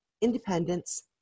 independence